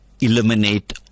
eliminate